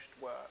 work